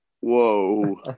Whoa